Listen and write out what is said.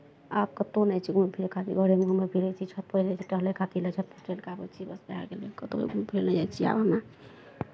आब कतहु नहि जाइ छियै घुमय फिरय खातिर घरेमे घुमै फिरै छियै छतपर जाइ छियै टहलै खातिर छतपर चलि कऽ आबै छियै बस भए गेलै कतहु घुमै फिरै लए नहि जाइ छियै आब हमे